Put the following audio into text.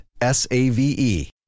S-A-V-E